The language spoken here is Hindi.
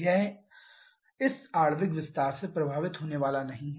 यह इस आणविक विस्तार से प्रभावित होने वाला नहीं है